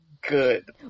good